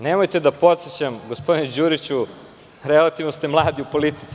Nemojte da podsećam, gospodine Đuriću, relativno ste mladi u politici.